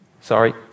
sorry